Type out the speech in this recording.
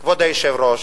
כבוד היושב-ראש,